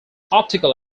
optical